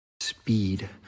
Speed